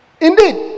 indeed